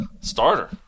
starter